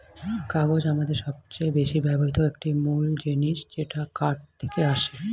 কাগজ আমাদের সবচেয়ে বেশি ব্যবহৃত একটি মূল জিনিস যেটা কাঠ থেকে আসে